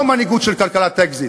לא מנהיגות של כלכלת אקזיט.